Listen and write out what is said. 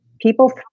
people